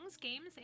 games